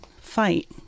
fight